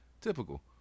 typical